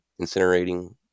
incinerating